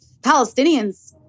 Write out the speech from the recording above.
Palestinians